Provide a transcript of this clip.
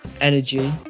energy